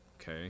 Okay